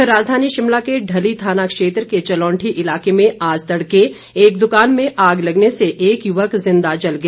इधर राजधानी शिमला के ढली थाना क्षेत्र के चलोंठी इलाके में आज तड़के एक दुकान में आग लगने से एक युवक जिंदा जल गया